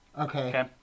Okay